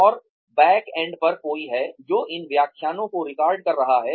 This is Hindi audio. और बैकएंड पर कोई है जो इन व्याख्यानों को रिकॉर्ड कर रहा है